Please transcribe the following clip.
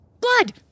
Blood